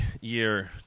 year